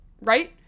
right